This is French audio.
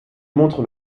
montre